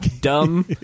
dumb